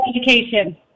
Education